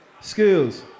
Skills